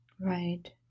Right